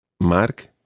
Mark